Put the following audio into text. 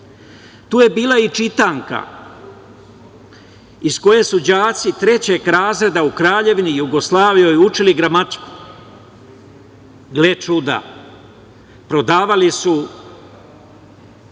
Tu je bila i čitanka iz koje su đaci trećeg razreda u Kraljevini Jugoslaviji učili gramatiku. Gle čuda, prodavali su